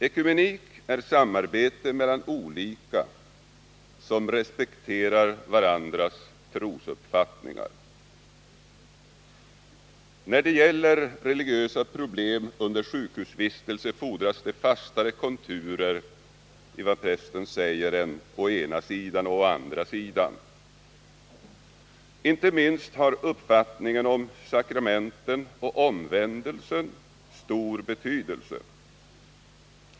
Ekumenik är samarbete mellan olika människor som respekterar varandras trosuppfattningar. När det gäller religiösa problem under sjukhusvistelse fordras det fastare konturer i vad prästen säger än å ena sidan och å andra sidan. Inte minst har uppfattningen om sakramenten och omvändelsen stor betydelse.